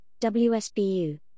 WSBU